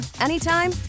anytime